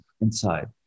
inside